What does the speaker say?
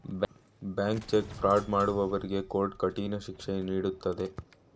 bank cheque fraud ಮಾಡುವವರಿಗೆ court ಕಠಿಣ ಶಿಕ್ಷೆ ನೀಡುತ್ತದೆ